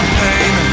pain